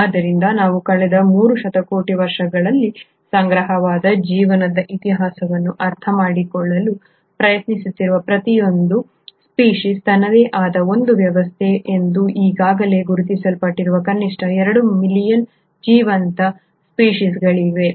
ಆದ್ದರಿಂದ ನಾವು ಕಳೆದ 3 ಶತಕೋಟಿ ವರ್ಷಗಳಲ್ಲಿ ಸಂಗ್ರಹವಾದ ಜೀವನದ ಇತಿಹಾಸವನ್ನು ಅರ್ಥಮಾಡಿಕೊಳ್ಳಲು ಪ್ರಯತ್ನಿಸುತ್ತಿರುವ ಪ್ರತಿಯೊಂದು ಸ್ಪೀಷೀಸ್ ತನ್ನದೇ ಆದ ಒಂದು ವ್ಯವಸ್ಥೆ ಎಂದು ಈಗಾಗಲೇ ಗುರುತಿಸಲ್ಪಟ್ಟಿರುವ ಕನಿಷ್ಠ 2 ಮಿಲಿಯನ್ ಜೀವಂತ ಸ್ಪೀಷೀಸ್ಗಳಿವೇ